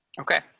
Okay